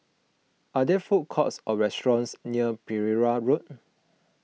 are there food courts or restaurants near Pereira Road